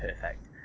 perfect